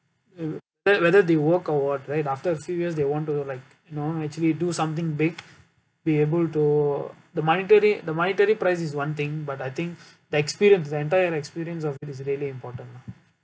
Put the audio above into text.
whe~ whether they work or [what] right after a few years they want to like you know actually do something big be able to the monetary the monetary prize is one thing but I think the experience the entire experience of it is really important lah